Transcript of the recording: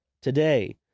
Today